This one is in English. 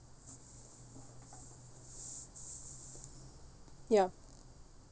ya